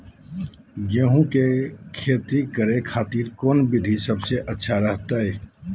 गेहूं के खेती करे खातिर कौन विधि सबसे अच्छा रहतय?